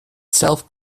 self